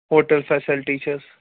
hotel facility چھِ حظ